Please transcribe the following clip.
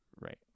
right